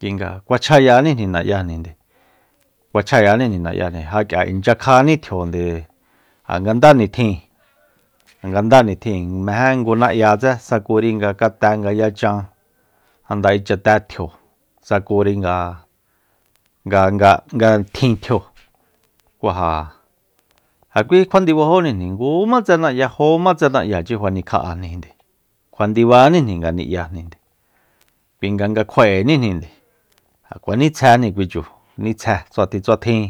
Kuinga kua chjayaníjni na'yajni kua chjayaníjni na'yajni ja k'ia inchyakjáni tjionde ja nga ndá nitjin nga ndá nitjin mejé ngu na'yatse sakuri nga kate nga yachan janda ichaté tjio sakuri nga- nga- nga nga tjin tjio kú ja jakui kjuandibajóni ngu matse na'ya jómatse na'ya xi fa nikja'ajni kjua ndibánijni ngani'ya kui nga kja'eníjni ja kjuanitsjejni kui chu nitsje tsjuatjin tsjuatjin